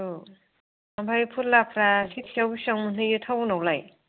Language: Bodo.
औ आमफ्राय फोरलाफ्रा सेरसेआव बिसिबां मोनहैयो टाउनावलाय